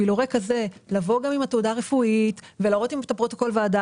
הורה כזה היה צריך לבוא עם התעודה הרפואית ולהראות פרוטוקול ועדה,